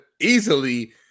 easily